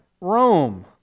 Rome